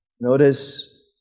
Notice